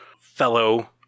fellow